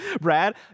Brad